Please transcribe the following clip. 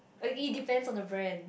ugly depend on the Vern